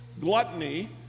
Gluttony